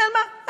נעלמה.